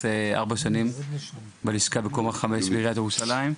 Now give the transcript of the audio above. ארבע שנים בלשכה בקומה 5 בעיריית ירושלים,